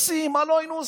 טקסים, מה לא היינו עושים.